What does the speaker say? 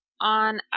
on